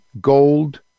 gold